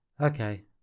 Okay